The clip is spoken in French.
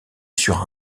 sur